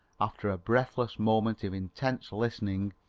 after a breathless moment of intense listening,